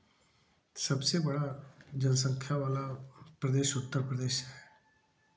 सबसे बड़ा जनसंख्या वाला प्रदेश उत्तर प्रदेश है